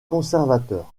conservateur